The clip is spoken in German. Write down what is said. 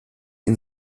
ihn